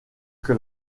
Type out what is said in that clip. que